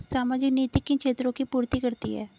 सामाजिक नीति किन क्षेत्रों की पूर्ति करती है?